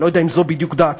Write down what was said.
אני לא יודע אם זאת בדיוק דעתך,